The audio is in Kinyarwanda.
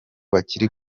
bakiri